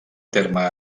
terme